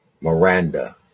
Miranda